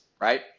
right